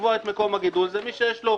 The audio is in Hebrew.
לקבוע את מקום הגידול הוא מי שיש לו,